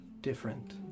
different